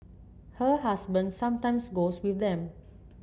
her husband sometimes goes with them